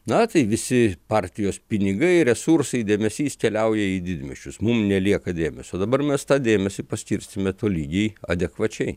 na tai visi partijos pinigai resursai dėmesys keliauja į didmiesčius mum nelieka dėmesio dabar mes tą dėmesį paskirstėme tolygiai adekvačiai